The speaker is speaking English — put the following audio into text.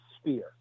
sphere